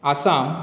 Assam